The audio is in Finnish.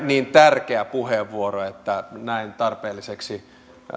niin tärkeä puheenvuoro että näen tarpeelliseksi